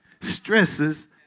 stresses